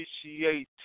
appreciate